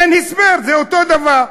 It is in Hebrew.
אין הסבר, זה אותו דבר.